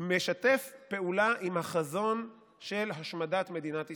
משתף פעולה עם החזון של השמדת מדינת ישראל.